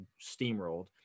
steamrolled